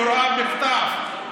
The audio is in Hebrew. בהוראה בכתב,